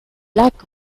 lac